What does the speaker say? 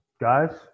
guys